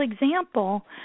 example